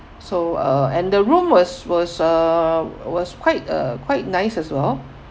so uh and the room was was uh was quite uh quite nice as well